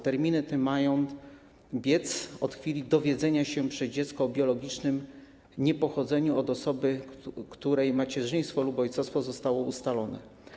Terminy te mają biec od chwili dowiedzenia się przez dziecko o biologicznym niepochodzeniu od osoby, której macierzyństwo lub ojcostwo zostało ustalone.